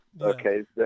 Okay